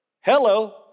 hello